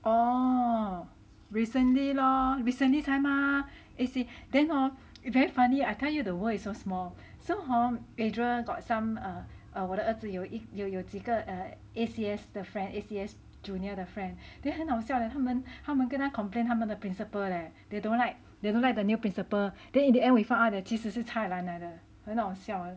oh recently lor recently 才吗 then hor eh very funny I tell you the world is so small so hor adrea got some err err 我的儿子有一有有几个 A_C_S 的 friend A_C_S junior 的 friend then 很好笑嘞他们他们跟他 complain 他们的 principal leh they don't like they don't like the new principal then in the end we found out that 其实是 cai lan 来的很好笑